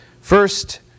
First